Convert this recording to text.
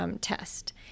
test